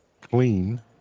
clean